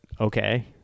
okay